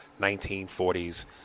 1940s